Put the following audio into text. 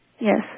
Yes